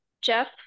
Jeff